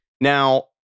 Now